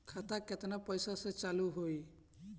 खाता केतना पैसा से चालु होई?